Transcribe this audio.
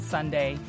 Sunday